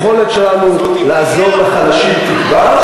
היכולת שלנו לעזור לחלשים תגבר,